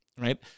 Right